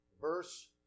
verse